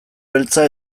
beltza